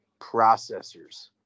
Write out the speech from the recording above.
processors